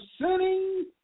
sinning